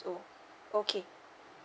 old okay